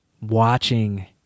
watching